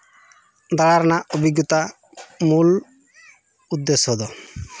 ᱫᱟᱬᱟ ᱨᱮᱱᱟᱜ ᱚᱵᱷᱤᱜᱽᱜᱚᱛᱟ ᱢᱩᱞ ᱩᱫᱽᱫᱮᱥᱥᱚ ᱫᱚ